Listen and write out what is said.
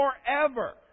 forever